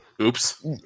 Oops